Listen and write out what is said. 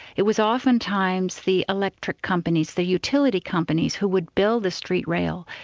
it was oftentimes the electric companies, the utility companies who would build the street rail,